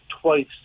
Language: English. twice